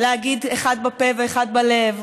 להגיד אחד בפה ואחד בלב,